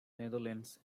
netherlands